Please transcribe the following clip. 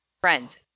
Friends